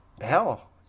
hell